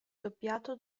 doppiato